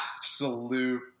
absolute –